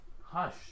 hush